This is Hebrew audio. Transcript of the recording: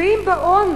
ואם באון